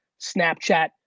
snapchat